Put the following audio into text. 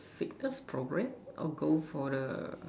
fitness program or go for the